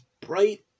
bright